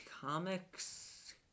comics